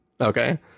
Okay